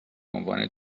عنوان